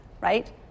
right